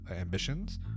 Ambitions